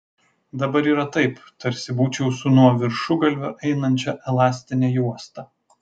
dabar yra taip tarsi būčiau su nuo viršugalvio einančia elastine juosta